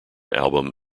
album